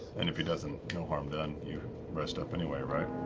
and if he doesn't, no harm done, you rest up anyway, right?